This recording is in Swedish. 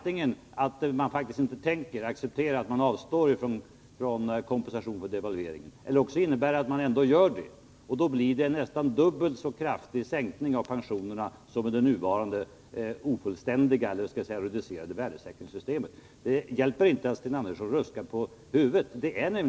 Antingen tänker man faktiskt inte acceptera att avstå från kompensation för devalveringen, eller också gör man det, och då blir det en nästan dubbelt så kraftig sänkning av pensionerna som med det nuvarande, reducerade värdesäkringssystemet. Jag ser att Sten Andersson ruskar på huvudet, men det hjälper inte.